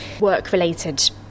work-related